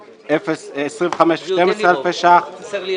25,012 אלפי שקלים חדשים,